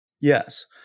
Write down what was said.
Yes